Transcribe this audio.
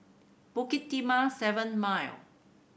Bukit Timah Seven Mile